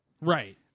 right